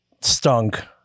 stunk